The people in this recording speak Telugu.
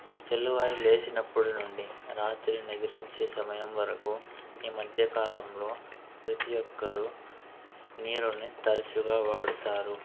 తెల్లవారి లేచినప్పుడు నుండి రాత్రి నిద్రించే సమయం వరకు ఈ మధ్యకాలంలో ప్రతి ఒక్కరూ నీరుని తరచుగా వాడుతారు